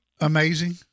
amazing